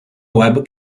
web